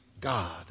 God